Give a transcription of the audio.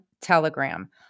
Telegram